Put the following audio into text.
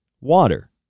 water